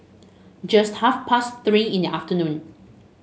just half past Three in the afternoon